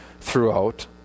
throughout